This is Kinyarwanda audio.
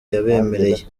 yabemereye